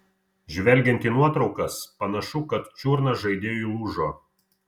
žvelgiant į nuotraukas panašu kad čiurna žaidėjui lūžo